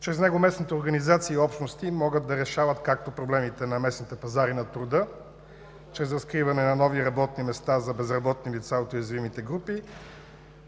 Чрез него местните организации и общности могат да решават, както проблемите на местните пазари на труда, чрез разкриване на нови работни места за безработни лица от уязвимите групи,